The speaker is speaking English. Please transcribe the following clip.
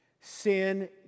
Sin